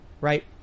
Right